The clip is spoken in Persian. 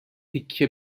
تکه